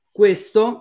questo